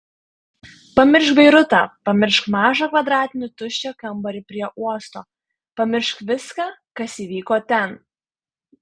pamiršk beirutą pamiršk mažą kvadratinį tuščią kambarį prie uosto pamiršk viską kas įvyko ten